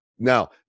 Now